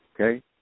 Okay